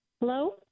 Hello